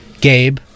Gabe